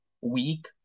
week